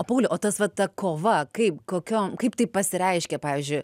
o pauliau o tas va ta kova kaip kokiom kaip tai pasireiškia pavyzdžiui